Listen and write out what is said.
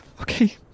Okay